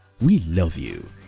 we love you